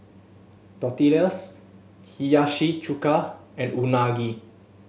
Tortillas Hiyashi Chuka and Unagi